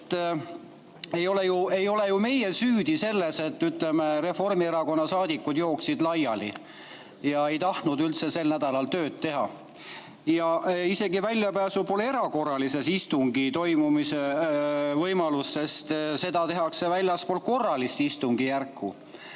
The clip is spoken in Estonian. Ei ole ju meie süüdi selles, et Reformierakonna saadikud jooksid laiali ja ei tahtnud üldse sel nädalal tööd teha. Väljapääs pole isegi erakorralise istungi toimumise võimalus, sest seda tehakse väljaspool korralist istungjärku.